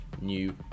new